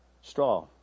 straw